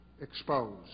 exposed